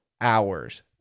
hours